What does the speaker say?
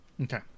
Okay